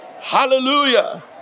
Hallelujah